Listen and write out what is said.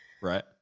right